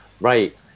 Right